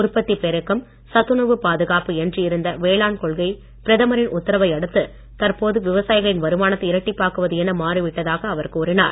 உற்பத்தி பெருக்கம் சத்துணவு பாதுகாப்பு என்று இருந்த வேளாண் கொள்கை பிரதமரின் உத்தரவை அடுத்து தற்போது விவசாயிகளின் வருமானத்தை இரட்டிப்பாக்குவது என மாறிவிட்டதாக அவர் கூறினார்